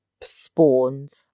spawns